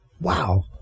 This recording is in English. wow